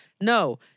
No